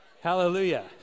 hallelujah